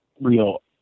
real